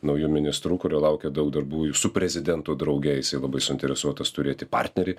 nauju ministru kurio laukia daug darbų su prezidentu drauge jisai labai suinteresuotas turėti partnerį